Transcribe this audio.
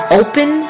open